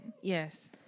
Yes